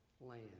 land